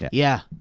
yeah yeah,